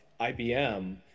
IBM